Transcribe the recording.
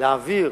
להעביר